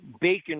bacon